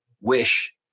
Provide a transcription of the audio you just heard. wish